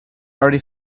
already